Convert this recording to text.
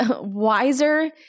wiser